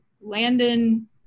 landon